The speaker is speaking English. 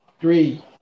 three